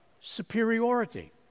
superiority